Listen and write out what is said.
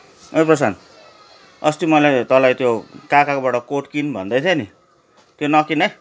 ओए प्रशान्त अस्ति मैले तँलाई त्यो काकाकोबाट कोट किन् भन्दै थिएँ नि त्यो नकिन् है